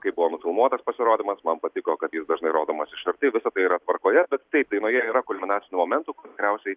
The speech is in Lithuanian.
kai buvo nufilmuotas pasirodymas man patiko kad jis dažnai rodomas iš arti visa tai yra tvarkoje bet taip dainoje yra kulminacinių momentų geriausiai